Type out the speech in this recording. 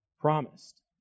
promised